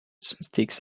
sticks